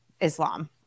Islam